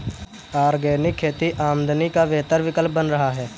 organic खेती आमदनी का बेहतर विकल्प बन रहा है